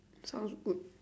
sounds good